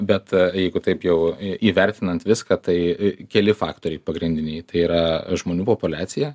bet jeigu taip jau įvertinant viską tai a keli faktoriai pagrindiniai tai yra žmonių populiacija